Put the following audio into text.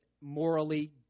morally